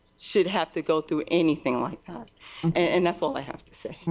should have to go through anything like. and that's all i have to say.